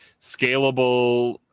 scalable